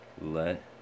Let